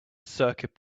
circuit